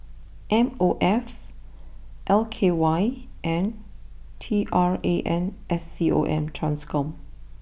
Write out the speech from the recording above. M O F L K Y and T R A N S C O M Trans con